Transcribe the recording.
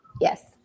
yes